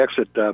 Exit